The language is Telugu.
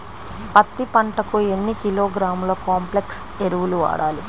పత్తి పంటకు ఎన్ని కిలోగ్రాముల కాంప్లెక్స్ ఎరువులు వాడాలి?